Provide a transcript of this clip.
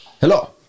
Hello